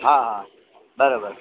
हा हा बराबरि